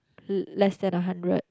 less than a hundred